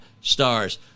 stars